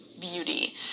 beauty